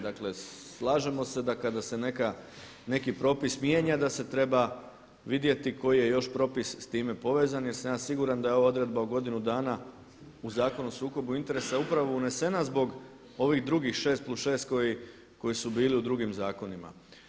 Dakle slažemo se da kada se neki propis mijenja da se treba vidjeti koji je još propis s time povezan jer sam ja siguran da je ova odredba u godinu dana u Zakonu o sukobu interesa upravo unesena zbog ovih drugih 6+6 koji su bili u drugim zakonima.